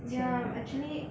ya mm actually